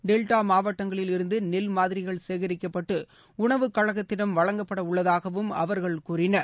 delta மாவட்டங்களிலிருந்து நெல் மாதிரிகள் சேகிக்கப்பட்டு உணவு கழகத்திடம் வழங்கப்பட உள்ளதாகவும் அவர்கள் கூறினர்